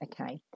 Okay